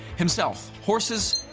himself, horses,